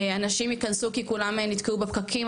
אנשים ייכנסו כי כולם נתקעו בפקקים,